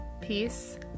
peace